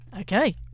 Okay